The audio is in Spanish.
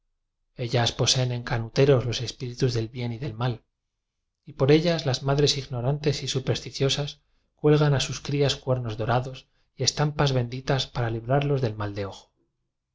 ellas poseen en canuteros los espíritus del bien y del mal y por ellas las madres ignorantes y supersticiosas cuelgan a sus crías cuernos dorados y estampas benditas para librarlos de mal de ojo